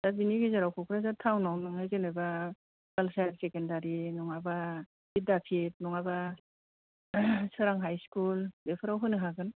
दा बेनि गेजेराव कक्राझार टाउनाव नोङो जेनबा गार्लस हाइसेकेण्डारि नङाबा बिद्दापिट नङाबा सोरां हाइ स्कुल बेफोराव होनो हागोन